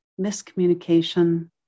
miscommunication